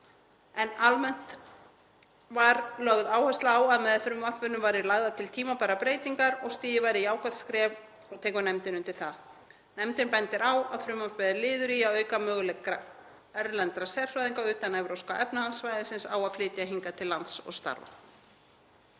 En almennt var lögð áhersla á að með frumvarpinu væru lagðar til tímabærar breytingar og að stigið væri jákvætt skref og tekur nefndin undir það. Nefndin bendir á að frumvarpið er liður í að auka möguleika erlendra sérfræðinga utan Evrópska efnahagssvæðisins á að flytja hingað til lands og starfa.